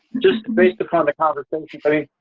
just based upon the conversation i mean,